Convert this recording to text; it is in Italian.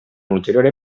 ulteriore